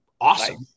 awesome